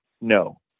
no